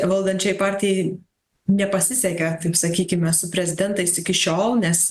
valdančiajai partijai nepasisekė taip sakykime su prezidentais iki šiol nes